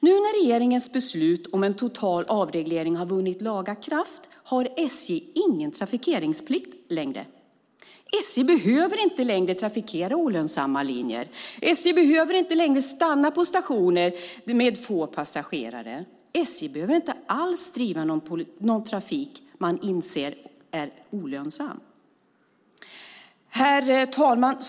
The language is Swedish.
Nu när regeringens beslut om en total avreglering har vunnit laga kraft har SJ ingen trafikeringsplikt längre. SJ behöver inte längre trafikera olönsamma linjer. SJ behöver inte längre stanna på stationer med få passagerare. SJ behöver inte alls driva någon trafik man inser är olönsam. Herr talman!